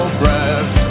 breath